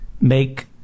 make